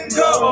go